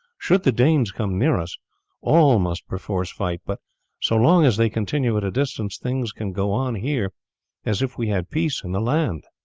should the danes come near us all must perforce fight, but so long as they continue at a distance things can go on here as if we had peace in the land.